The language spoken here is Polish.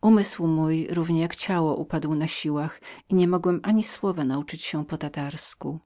umysł mój równie jak ciało upadł na siłach i nie mogłem ani słowa nauczyć się po tatarsku